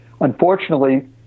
unfortunately